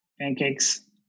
pancakes